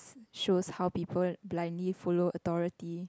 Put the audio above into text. show how people blindly follow authority